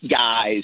guys